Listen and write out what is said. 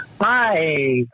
Hi